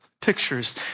pictures